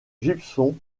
gibson